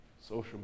social